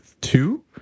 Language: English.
two